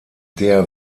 der